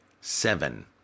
Seven